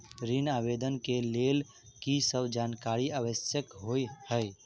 ऋण आवेदन केँ लेल की सब जानकारी आवश्यक होइ है?